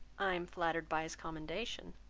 i am flattered by his commendation.